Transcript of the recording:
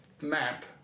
map